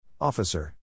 Officer